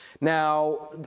Now